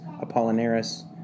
Apollinaris